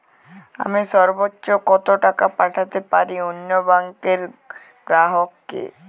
আমি সর্বোচ্চ কতো টাকা পাঠাতে পারি অন্য ব্যাংকের গ্রাহক কে?